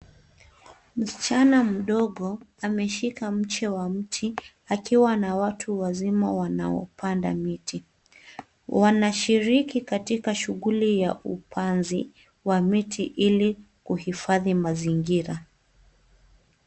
Msichana mdogo ameshika mche wa mti, akiwa na watu wazima wanaopanda miti. Wanashiriki katika shughuli ya upanzi wa miti ili kuhifadhi mazingira.